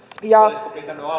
ja